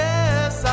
Yes